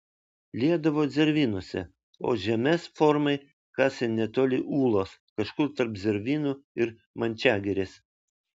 liedavo zervynose o žemes formai kasė netoli ūlos kažkur tarp zervynų ir mančiagirės